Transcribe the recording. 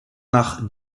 nach